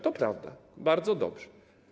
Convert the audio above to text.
To prawda, bardzo dobrze.